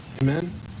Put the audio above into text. Amen